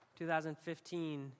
2015